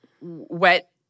wet